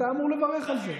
אתה אמור לברך על זה.